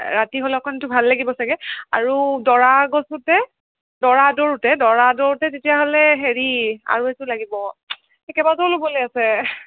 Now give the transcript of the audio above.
ৰাতি হ'লে অকণতো ভাল লাগিব চাগে আৰু দৰাৰ আগচোতে দৰা আদৰোতে দৰা আদৰোতে তেতিয়াহ'লে হেৰি আৰু এযোৰ লাগিব এই কেইবাযোৰো ল'বলৈ আছে